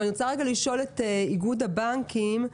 אני רוצה לשאול את איגוד הבנקים.